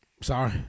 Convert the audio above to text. Sorry